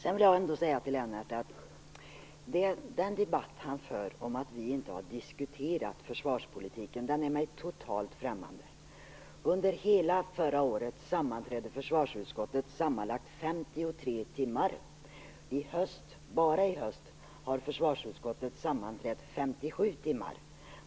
Jag vill till Lennart Rohdin ändå säga att den debatt som han för om att vi inte har diskuterat försvarspolitiken är mig totalt främmande. Under hela förra året sammanträdde försvarsutskottet sammanlagt 53 timmar. I höst har försvarsutskottet sammanträtt 57 timmar.